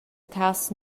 cass